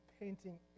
painting